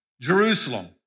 Jerusalem